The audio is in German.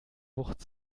wucht